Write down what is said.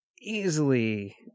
easily